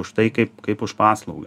už tai kaip kaip už paslaugą